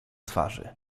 twarzy